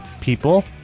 people